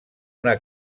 una